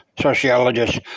sociologist